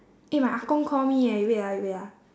eh my ah gong call me eh you wait ah you wait ah